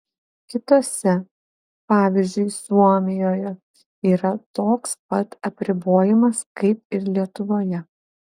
kitose pavyzdžiui suomijoje yra toks pat apribojimas kaip ir lietuvoje